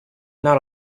not